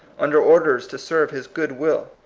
under orders to serve his good will.